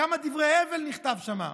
כמה דברי הבל נכתבו שם,